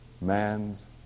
man's